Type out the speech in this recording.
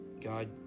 God